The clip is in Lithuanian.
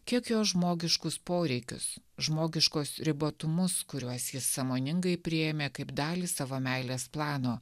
kiek jos žmogiškus poreikius žmogiškos ribotumus kuriuos jis sąmoningai priėmė kaip dalį savo meilės plano